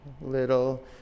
Little